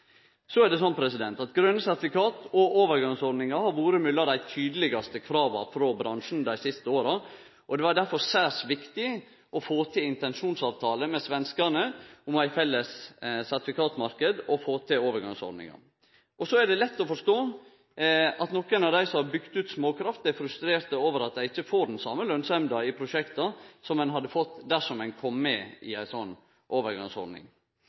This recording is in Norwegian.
og overgangsordningar har vore mellom dei tydelegaste krava frå bransjen dei siste åra, og det var derfor særs viktig å få til intensjonsavtale med svenskane om ein felles sertifikatmarknad og få til overgangsordningar. Samtidig er det lett å forstå at nokon av dei som har bygd ut småkraft, er frustrerte over at dei ikkje får den same lønsemda i prosjekta som dei hadde fått dersom dei kom med i ei slik overgangsordning.